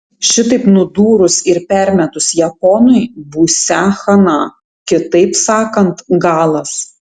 šitaip nudūrus ir permetus japonui būsią chana kitaip sakant galas